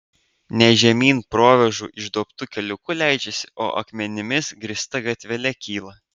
ne žemyn provėžų išduobtu keliuku leidžiasi o akmenimis grįsta gatvele kyla